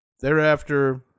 Thereafter